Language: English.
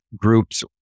groups